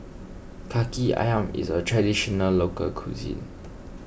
Kaki Ayam is a Traditional Local Cuisine